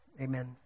amen